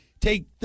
take